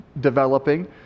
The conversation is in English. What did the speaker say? developing